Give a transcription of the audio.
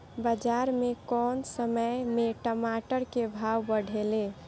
बाजार मे कौना समय मे टमाटर के भाव बढ़ेले?